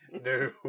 No